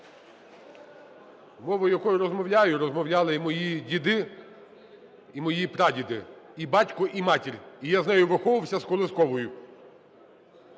Мова, якою я розмовляю, розмовляли і мої діди, і мої прадіди, і батько, і матір. І я з нею виховувався з колискової.